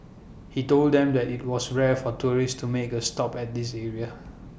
he told them that IT was rare for tourists to make A stop at this area